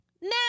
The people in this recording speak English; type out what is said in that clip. Now